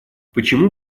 почему